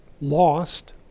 lost